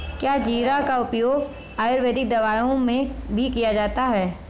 क्या जीरा का उपयोग आयुर्वेदिक दवाओं में भी किया जाता है?